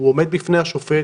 הוא עומד בפני השופט